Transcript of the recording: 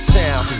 town